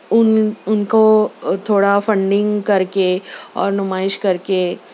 اُن اُن کو تھوڑا فنڈنگ کر کے اور نمائش کر کے